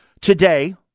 Today